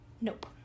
Nope